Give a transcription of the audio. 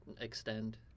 extend